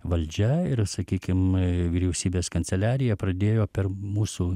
valdžia ir sakykim vyriausybės kanceliarija pradėjo per mūsų